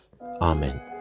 Amen